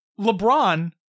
LeBron